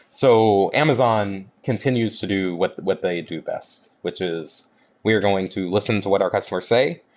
so amazon continues to do what what they do best, which is we're going to listen to what our customers say.